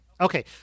okay